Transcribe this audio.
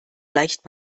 leicht